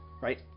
right